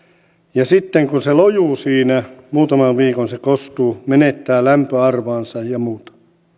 ja sitten kun se lojuu siinä muutaman viikon se kostuu menettää lämpöarvonsa ja muut